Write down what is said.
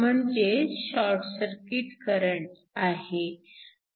म्हणजेच short circuit current आहे